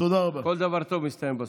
כל דבר טוב מסתיים בסוף.